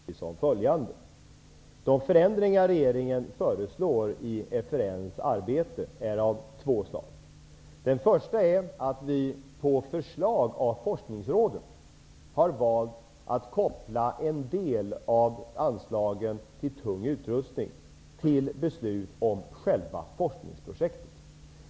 Herr talman! Apropå det som sagts om FRN i allmänhet vill jag upplysa om följande: De förändringar som regeringen förslår i FRN:s arbete är av två slag. Den första förändringen innebär att regeringen på förslag av Forskningsrådet har valt att koppla en del av anslagen avseende tung utrustning till beslut om själva forskningsprojekten.